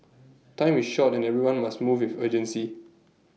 time is short and everyone must move with urgency